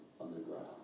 underground